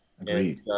Agreed